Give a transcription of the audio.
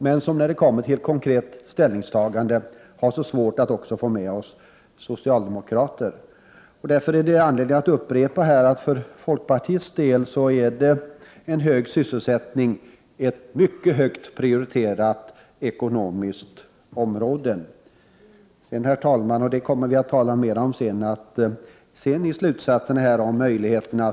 Men när man kommer till ett konkret ställningstagande är det svårt att få med socialdemokrater. Därför finns det anledning att upprepa att för folkpartiets del är hög sysselsättning ett mycket högt prioriterat ekonomiskt område. Herr talman! Vi kom senare i slutsatserna att tala mer om möjligheterna.